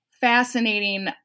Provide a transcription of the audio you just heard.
fascinating